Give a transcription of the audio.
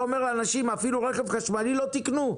אומר לאנשים אפילו רכב חשמלי לא תקנו?